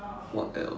what else